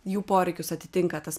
jų poreikius atitinka tas